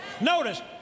Notice